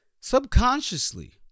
subconsciously